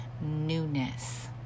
newness